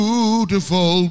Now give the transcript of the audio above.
Beautiful